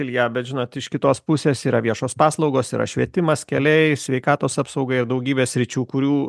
ilja bet žinot iš kitos pusės yra viešos paslaugos yra švietimas keliai sveikatos apsaugai ir daugybė sričių kurių